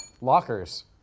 lockers